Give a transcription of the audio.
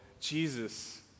Jesus